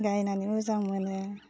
गायनानै मोजां मोनो